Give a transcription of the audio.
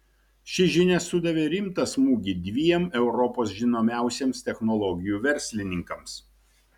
ši žinia sudavė rimtą smūgį dviem europos žinomiausiems technologijų verslininkams